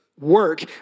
Work